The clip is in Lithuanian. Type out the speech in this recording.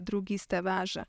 draugystė veža